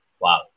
Wow